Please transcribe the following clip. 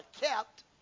kept